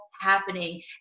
happening